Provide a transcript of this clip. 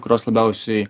kurios labiausiai